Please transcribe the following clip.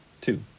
two